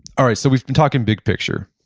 all right. so, we've been talking big picture.